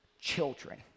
children